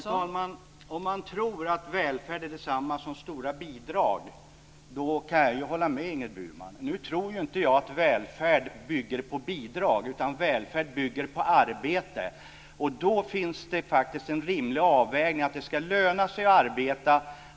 Fru talman! Om man tror att välfärd är detsamma som stora bidrag kan jag hålla med Ingrid Burman. Nu tror inte jag att välfärd bygger på bidrag, utan välfärd bygger på arbete. Och då finns det faktiskt en rimlig avvägning. Det ska löna sig att arbeta.